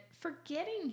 forgetting